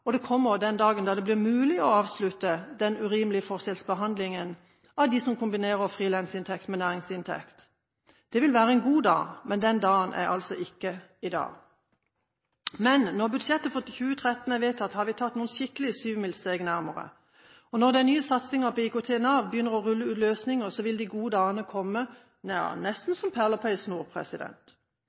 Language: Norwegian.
da det blir mulig å avslutte den urimelige forskjellsbehandlingen av dem som kombinerer frilansinntekt med næringsinntekt. Det vil være en god dag, men den dagen er altså ikke i dag. Men når budsjettet for 2013 er vedtatt, har vi tatt noen skikkelige syvmilssteg nærmere. Og når den nye satsningen på IKT i Nav begynner å rulle ut løsninger, vil de gode dagene komme – nesten som perler på en snor.